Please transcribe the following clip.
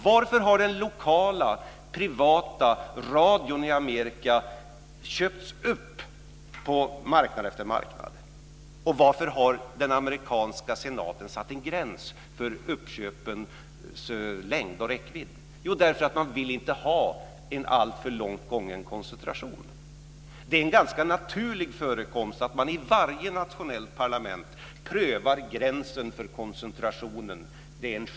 Varför har den lokala privata radion i USA köpts upp på marknad efter marknad, och varför har den amerikanska senaten satt en gräns för uppköpens längd och räckvidd? Jo, därför att man inte vill ha en alltför långt gången koncentration. Det är en ganska självklar företeelse att man i varje nationellt parlament prövar gränsen för koncentrationen.